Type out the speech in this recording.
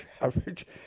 Average